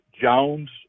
Jones